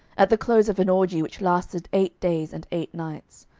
at the close of an orgie which lasted eight days and eight nights.